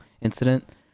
incident